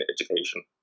education